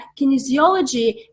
kinesiology